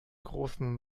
großen